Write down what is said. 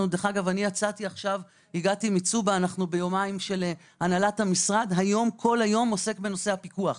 הגעתי עכשיו מצובה שם נמצאת כל הנהלת המשרד וכל היום עוסק בנושא הפיקוח,